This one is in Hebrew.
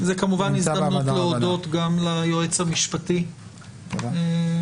זו כמובן הזדמנות להודות גם ליועץ המשפטי אלעזר,